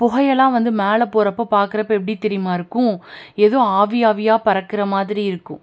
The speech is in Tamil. புகையெல்லாம் வந்து மேலே போகிறப்போ பார்க்குறப்ப எப்படி தெரியுமா இருக்கும் எதோ ஆவி ஆவியாக பறக்கிற மாதிரி இருக்கும்